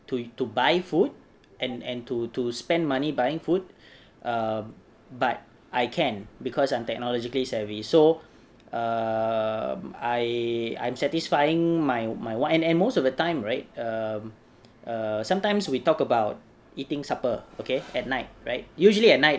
to to buy food and and to to spend money buying food err but I can because I'm technologically savvy so err I I'm satisfying my my want and most of the time right um err sometimes we talk about eating supper okay at night right usually at night